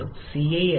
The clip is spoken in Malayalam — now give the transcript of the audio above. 565 അല്ലെങ്കിൽ 56